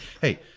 hey